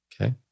Okay